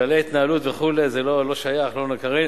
כללי התנהלות וכו' זה לא שייך, לא אקרא.